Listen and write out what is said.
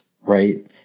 right